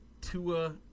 Tua